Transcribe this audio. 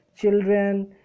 children